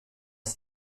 ist